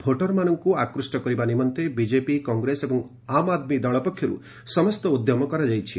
ଭୋଟରମାନଙ୍କୁ ଆକୃଷ୍ଟ କରିବା ନିମନ୍ତେ ବିଜେପି କଂଗ୍ରେସ ଏବଂ ଆମ୍ ଆଦ୍ମୀ ଦଳ ପକ୍ଷରୁ ସମସ୍ତ ଉଦ୍ୟମ କରାଯାଇଛି